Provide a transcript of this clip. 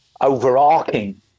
overarching